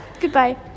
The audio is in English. goodbye